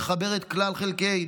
לחבר את כלל חלקי